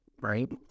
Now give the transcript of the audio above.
right